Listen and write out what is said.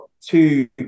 two